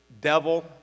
devil